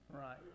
Right